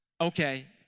okay